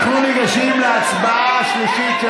אנחנו ניגשים להצעה השלישית,